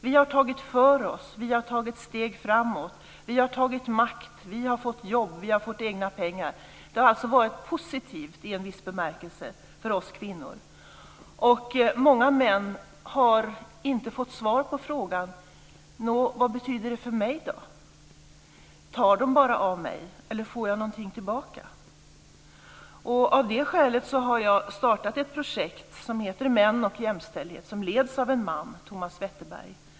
Vi har tagit för oss, vi har tagit steg framåt. Vi har tagit makt, vi har fått jobb, vi har fått egna pengar. Det har alltså varit positivt i en viss bemärkelse för oss kvinnor. Många män har inte fått svar på frågan: Nå, vad betyder det för mig då? Tar de bara av mig, eller får jag någonting tillbaka? Av det skälet har jag startat ett projekt som heter Män och jämställdhet och som leds av en man, Thomas Wetterberg.